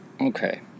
Okay